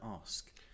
ask